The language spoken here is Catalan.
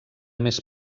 més